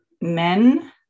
men